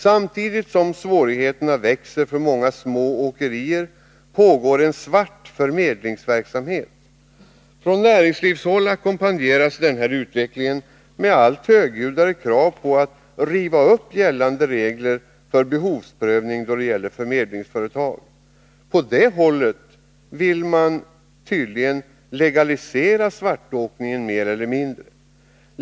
Samtidigt som svårigheterna växer för många små åkerier pågår en svart förmedlingsverksamhet. Från näringslivshåll ackompanjeras denna utveckling med allt högljuddare krav på att man skall riva upp gällande regler för behovsprövning då det gäller förmedlingsföretag. På det hållet vill man tydligen mer eller mindre legalisera svartåkningen.